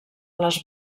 les